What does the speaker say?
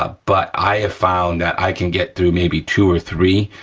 ah but i have found that i can get through maybe two or three